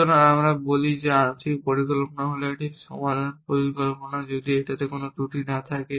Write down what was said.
সুতরাং আমরা বলি যে আংশিক পরিকল্পনা হল একটি সমাধান পরিকল্পনা যদি এতে কোনো ত্রুটি না থাকে